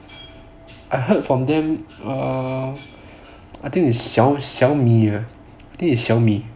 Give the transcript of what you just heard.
I heard from them err I think it's xiaomi I think is xiaomi